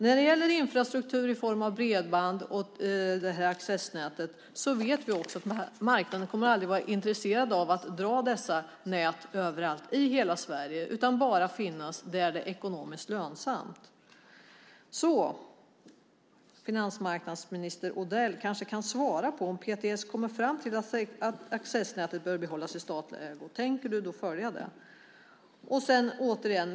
När det gäller infrastruktur i form av bredband och accessnät vet vi att marknaden aldrig kommer att vara intresserad av att dra dessa nät överallt i Sverige. Det kommer bara att finnas där det är ekonomiskt lönsamt. Finansmarknadsminister Odell kanske kan svara på frågan: Om PTS kommer fram till att accessnätet bör behållas i statlig ägo, tänker du då följa det?